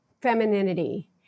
femininity